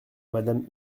madame